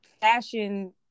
fashion